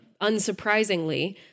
unsurprisingly